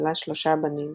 ולה שלושה בנים